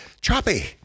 choppy